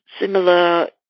similar